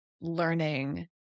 learning